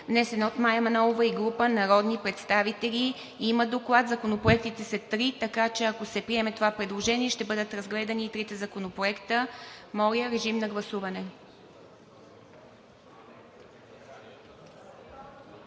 внесен от Мая Манолова и група народни представители. Има доклад, законопроектите са три, така че, ако се приеме това предложение, ще бъдат разгледани и трите законопроекта. Моля, режим на гласуване.